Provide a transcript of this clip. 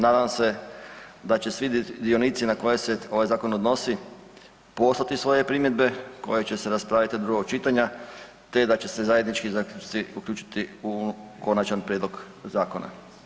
Nadam se da će svi dionici na koje se ovaj zakon odnosi poslati svoje primjedbe koje će se raspraviti do drugog čitanja, te da će se zajednički zaključci uključiti u konačan prijedlog zakona.